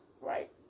Right